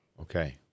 Okay